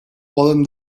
poden